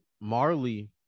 Marley